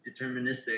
deterministic